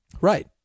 Right